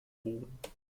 boden